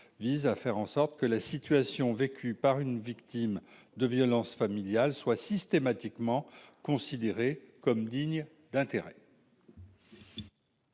vise à faire en sorte que la situation vécue par une victime de violences familiales soient systématiquement considérés comme dignes d'intérêt.